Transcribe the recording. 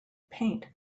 paint